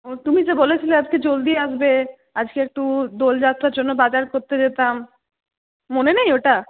ও তুমি যে বলেছিলে আজকে জলদি আসবে আজকে একটু দোল যাত্রার জন্য বাজার করতে যেতাম মনে নেই ওটা